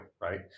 right